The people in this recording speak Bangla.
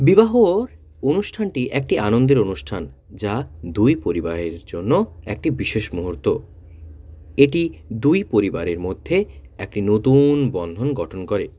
বিবাহ অনুষ্ঠানটি একটি আনন্দের অনুষ্ঠান যা দুই পরিবাহের জন্য একটি বিশেষ মুহুর্ত এটি দুই পরিবারের মধ্যে একটি নতুন বন্ধন গঠন করে